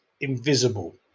invisible